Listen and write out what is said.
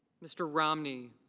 mr. romney.